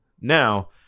Now